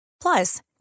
Plus